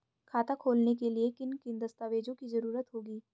खाता खोलने के लिए किन किन दस्तावेजों की जरूरत होगी?